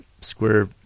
square